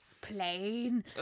Plain